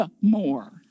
more